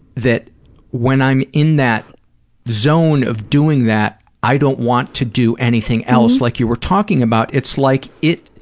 that when i'm in that zone of doing that, i don't want to do anything else, like you were talking about. it's like it,